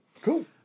cool